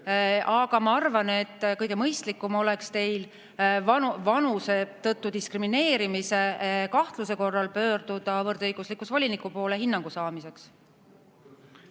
Aga ma arvan, et kõige mõistlikum oleks teil vanuse tõttu diskrimineerimise kahtluse korral pöörduda võrdõiguslikkuse voliniku poole hinnangu saamiseks.